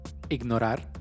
Ignorar